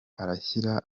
arashyira